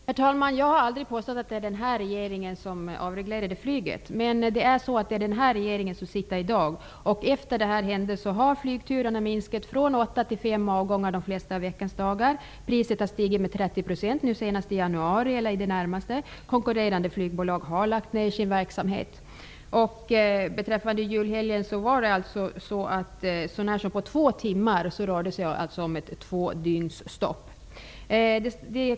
Herr talman! Jag har aldrig påstått att det var den här regeringen som avreglerade flyget. Men det är den här regeringen som sitter i dag. Sedan avregleringen har antalet flygturer minskat från åtta till fem avgångar de flesta av veckans dagar, och priset har stigit med 30 % i det närmaste -- det var en prishöjning så sent som nu i januari. Konkurrerande flygbolag har lagt ner sin verksamhet. Under julhelgen var det ett stopp på två dygn, så när som på två timmar.